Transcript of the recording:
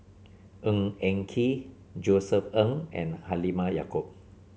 Ng Eng Kee Josef Ng and Halimah Yacob